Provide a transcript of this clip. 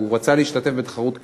הוא רצה להשתתף בתחרות קליעה,